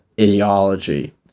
ideology